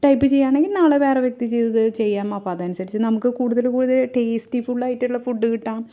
type ചെയ്യുകയാണെങ്കില് നാളെ വേറെ വ്യക്തി ചെയ്തത് ചെയ്യാം അപ്പോൾ അതനുസരിച്ച് നമുക്ക് കൂടുതല് കൂടുതല് ടേസ്റ്റിഫുള്ളായിട്ടുള്ള ഫുഡ് കിട്ടാം